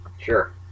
Sure